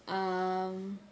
um